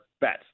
bets